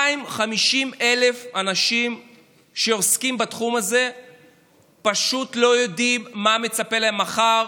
250,000 אנשים שעוסקים בתחום הזה פשוט לא יודעים מה מצפה להם מחר,